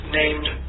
named